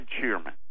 chairman